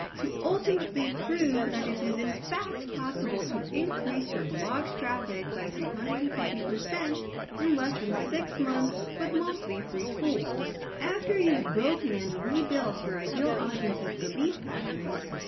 to ultimately prove that it is in fact possible to increase your blog's traffic by three hundred and fifty percent in less than six months with mostly free tools. after you've broken and rebuilt your ideal audience's belief patterns,